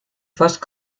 fosse